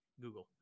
Google